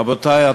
רבותי,